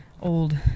old